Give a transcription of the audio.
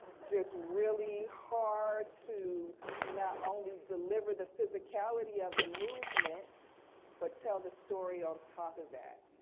just really hard to not only deliver the physicality of the movement but tell the story on top of that.